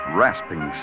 rasping